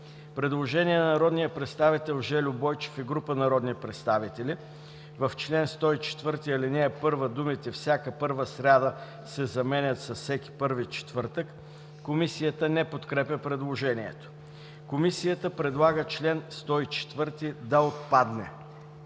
Предложение от народния представител Жельо Бойчев и група народни представители: „В чл. 104, ал. 1 думите „всяка първа сряда“ се заменят с „всеки първи четвъртък“.“ Комисията не подкрепя предложението. Комисията предлага чл. 104 да отпадне.